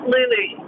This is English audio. Lulu